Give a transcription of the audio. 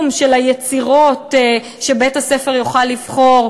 של היצירות שבית-הספר יוכל לבחור,